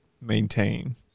maintain